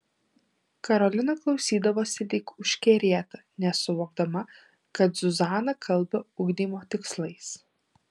karolina klausydavosi lyg užkerėta nesuvokdama kad zuzana kalba ugdymo tikslais